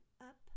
up